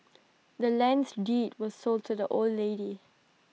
the land's deed was sold to the old lady